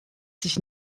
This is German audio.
sich